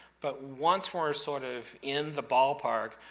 but once we're sort of in the ballpark,